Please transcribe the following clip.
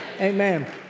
Amen